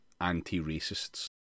anti-racists